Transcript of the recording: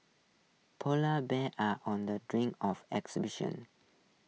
Polar Bears are on the drink of extinction